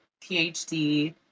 PhD